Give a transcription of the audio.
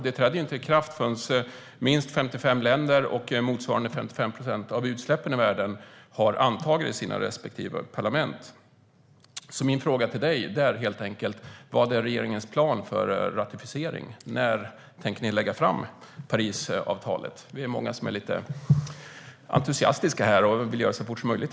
Det träder inte i kraft förrän minst 55 länder, motsvarande 55 procent av utsläppen i världen, har antagit det i sina respektive parlament. Min fråga är helt enkelt: Vad är regeringens plan för ratificering? När tänker ni lägga fram Parisavtalet? Jag tror att vi är många här som är entusiastiska och som vill att det görs så fort som möjligt.